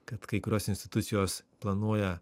kad kai kurios institucijos planuoja